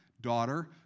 daughter